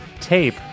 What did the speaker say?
tape